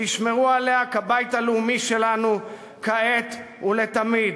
שישמרו עליה כבית הלאומי שלנו כעת ולתמיד.